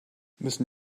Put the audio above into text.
müssen